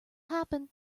happen